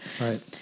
Right